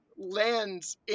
lands